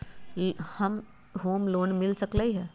Home loan मिल सकलइ ह?